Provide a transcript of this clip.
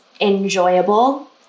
enjoyable